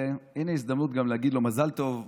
הינה, הזדמנות להגיד גם לו מזל טוב.